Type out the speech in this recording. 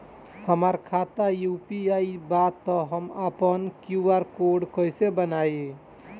हमार खाता यू.पी.आई बा त हम आपन क्यू.आर कोड कैसे बनाई?